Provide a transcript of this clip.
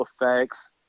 effects